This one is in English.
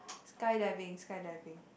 sky diving sky diving